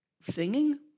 singing